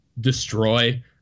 destroy